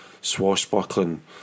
Swashbuckling